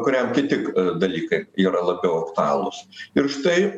kuriam kiti dalykai yra labiau aktualūs ir štai